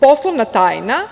Poslovna tajna